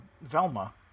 velma